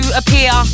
appear